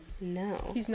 No